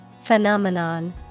Phenomenon